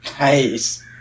Nice